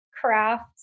craft